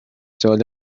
ساله